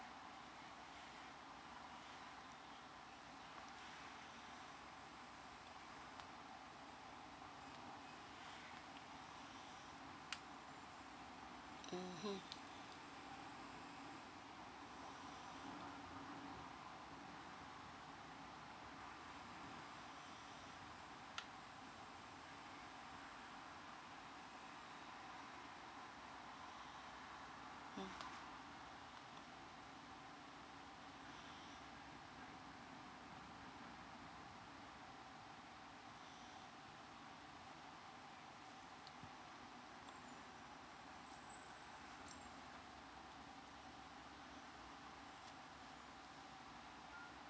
mmhmm mm